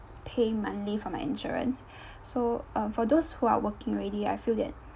pay monthly for my insurance so uh for those who are working already I feel that